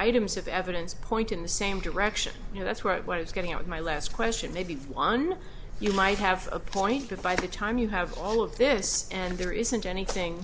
items of evidence point in the same direction you know that's what it's getting on my last question maybe one you might have appointed by the time you have all of this and there isn't anything